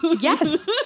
Yes